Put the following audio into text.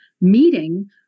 meeting